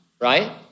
right